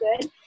good